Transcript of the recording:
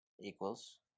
equals